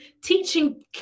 Teaching